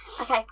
Okay